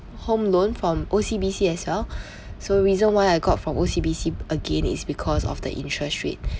home loan from O_C_B_C as well so reason why I got from O_C_B_C again is because of the interest rate